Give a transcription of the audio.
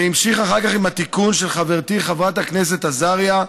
זה נמשך אחר כך עם התיקון של חברתי חברת הכנסת עזריה,